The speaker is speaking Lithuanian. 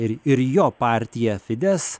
ir ir jo partija fides